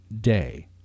day